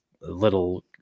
little